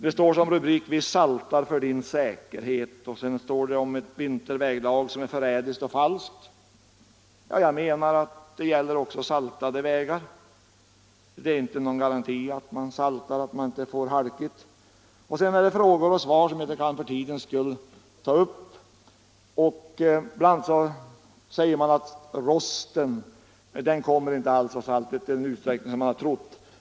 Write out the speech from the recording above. En rubrik lyder: ”Vi saltar Torsdagen den för din säkerhet”. Sedan står det att ett vinterväglag är förrädiskt och 3 april 1975 falskt. Jag anser att den karakteristiken gäller också saltade vägar. Salt= i ningen utgör inte någon garanti för att det inte uppstår halka. I broschyren = Anslag till vägväsenfinns vidare ett antal frågor och svar, som jag av tidsskäl inte skall gå = det, m.m. närmare in på. Jag vill bara nämna påståendet att rosten inte alls kommer av saltet i den utsträckning som man trott.